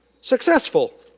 successful